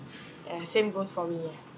okay ya same goes for me ah